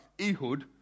Ehud